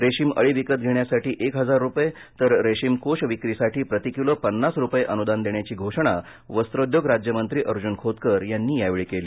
रेशीम अळी विकत घेण्यासाठी एक हजार रुपये तर रेशीम कोष विक्रीसाठी प्रति किलो पन्नास रुपये अनूदान देण्याची घोषणा यावेळी वस्त्रोद्योग राज्यमंत्री अर्जून खोतकर यांनी यावेळी केली